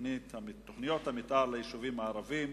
תוכניות המיתאר ליישובים הערביים,